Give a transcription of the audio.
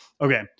Okay